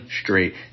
straight